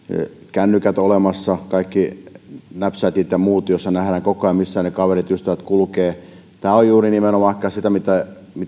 kännykät on olemassa kaikki snapchatit ja muut joissa nähdään koko ajan missä ne kaverit ja ystävät kulkevat tämä on juuri nimenomaan ehkä sitä mitä